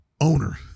Owner